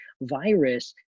virus